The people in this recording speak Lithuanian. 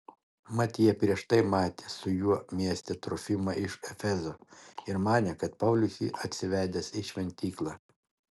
mat jie prieš tai matė su juo mieste trofimą iš efezo ir manė kad paulius jį atsivedęs į šventyklą